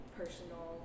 personal